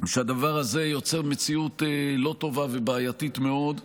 שהדבר הזה יוצר מציאות לא טובה ובעייתית מאוד,